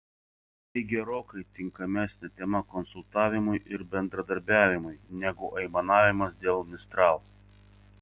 tai gerokai tinkamesnė tema konsultavimui ir bendradarbiavimui negu aimanavimas dėl mistral